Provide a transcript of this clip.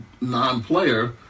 non-player